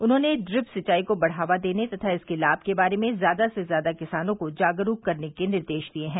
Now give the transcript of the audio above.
उन्होंने ड्रिप सिंचाई को बढ़ावा देने तथा इसके लाभ के बारे में ज्यादा से ज्यादा किसानों को जागरूक करने के निर्देश दिये है